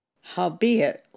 Howbeit